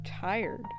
tired